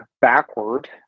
backward